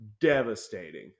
Devastating